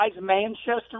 Manchester